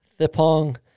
Thipong